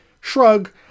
shrug